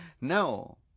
No